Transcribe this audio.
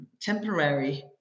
temporary